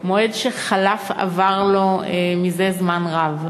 מועד שחלף עבר לו לפני זמן רב.